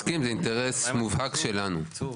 מסכים, זה אינטרס מובהק שלנו.